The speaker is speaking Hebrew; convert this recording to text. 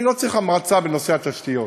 אני לא צריך המרצה בנושא התשתיות.